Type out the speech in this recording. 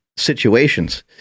situations